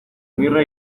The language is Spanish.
mirra